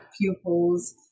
pupils